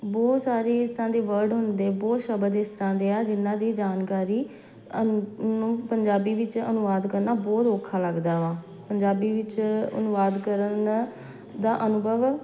ਬਹੁਤ ਸਾਰੀ ਇਸ ਤਰ੍ਹਾਂ ਦੀ ਵਰਡ ਹੁੰਦੇ ਬਹੁਤ ਸ਼ਬਦ ਇਸ ਤਰ੍ਹਾਂ ਦੇ ਆ ਜਿਹਨਾਂ ਦੀ ਜਾਣਕਾਰੀ ਨੂੰ ਪੰਜਾਬੀ ਵਿੱਚ ਅਨੁਵਾਦ ਕਰਨਾ ਬਹੁਤ ਔਖਾ ਲੱਗਦਾ ਵਾ ਪੰਜਾਬੀ ਵਿੱਚ ਅਨੁਵਾਦ ਕਰਨ ਦਾ ਅਨੁਭਵ